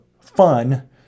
fun